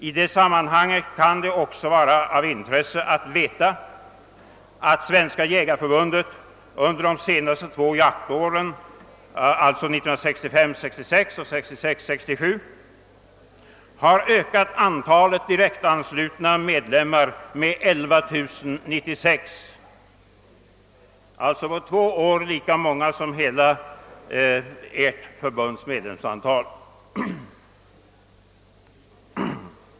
I detta sammanhang kan det också vara av intresse att veta att Svenska jägareförbundet under de två senaste jaktåren, alltså 1965-—1966 och 1966—1967, har ökat sitt antal direktanslutna medlemmar med 11 096, alltså på två år lika mycket som ert förbunds hela medlemstal.